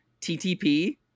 TTP